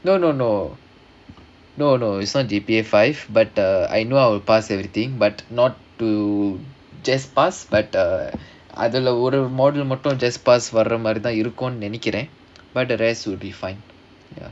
no no no no no it's not G_P_A five but uh I know I will pass everything but not to just pass but uh not to just pass அதுல ஒரு:adhula oru module just pass வர்ற மாதிரி தான் இருக்கும்னு நெனைக்கிறேன்:varra maadhirithaan irukkumnu nenaikkraen but the rest will be fine ya